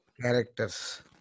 characters